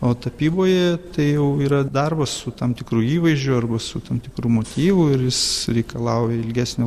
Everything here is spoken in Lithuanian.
o tapyboje tai jau yra darbas su tam tikru įvaizdžiu arba su tam tikru motyvu ir jis reikalauja ilgesnio